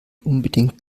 unbedingt